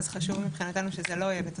אז חשוב מבחינתנו שזה לא יהיה בתוספת.